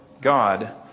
God